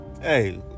hey